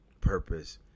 purpose